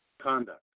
conduct